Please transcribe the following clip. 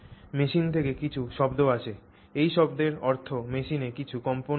machine থেকে কিছু শব্দ আসে এই শব্দের অর্থ মেশিনে কিছু কম্পন হচ্ছে